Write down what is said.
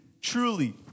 truly